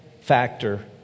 factor